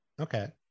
Okay